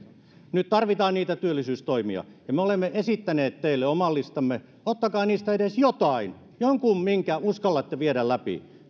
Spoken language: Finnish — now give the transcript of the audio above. nyt tarvitaan niitä työllisyystoimia ja me olemme esittäneet teille oman listamme ottakaa niistä edes jotain joku minkä uskallatte viedä läpi